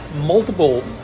multiple